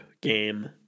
game